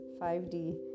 5d